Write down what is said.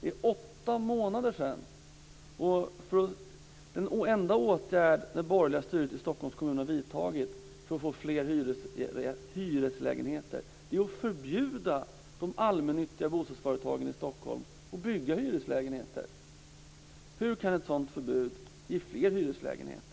Det är åtta månader sedan. Den enda åtgärd som det borgerliga styret i Stockholms kommun har vidtagit för att få fram fler hyreslägenheter är att förbjuda de allmännyttiga bostadsföretagen i Stockholm att bygga hyreslägenheter. Hur kan ett sådant förbud ge fler hyreslägenheter?